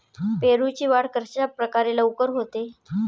पेरूची वाढ कशाप्रकारे लवकर होते?